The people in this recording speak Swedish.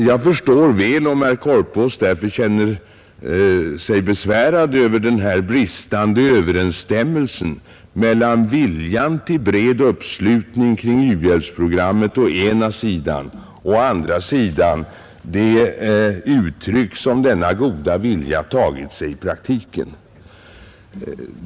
Jag förstår väl om herr Korpås därför känner sig besvärad över den här bristande överensstämmelsen mellan å ena sidan viljan till bred uppslutning kring u-hjälpsprogrammet och å andra sidan de uttryck som denna goda vilja tagit sig i praktiken.